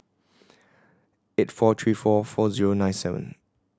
eight four three four four zero nine seven